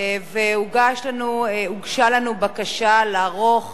הוגשה לנו בקשה לערוך